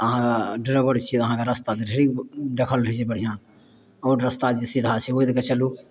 अहाँ ड्राइबर छियै अहाँके तऽ रस्ता ढेरी देखल रहै छै बढ़िआँ आओर रस्ता जे सीधा छै ओहि दऽ कऽ चलू